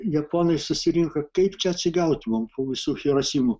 japonai susirinko kaip čia atsigaut mum po visų hirosimų